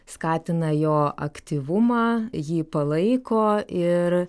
skatina jo aktyvumą jį palaiko ir